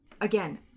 Again